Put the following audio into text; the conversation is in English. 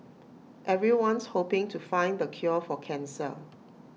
everyone's hoping to find the cure for cancer